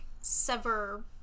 sever